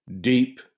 deep